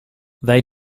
they